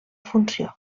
funció